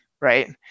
Right